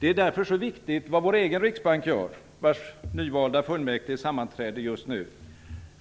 Det är därför viktigt vad vår egen riksbank gör, vars nyvalda fullmäktige just nu sammanträder.